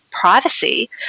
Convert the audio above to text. privacy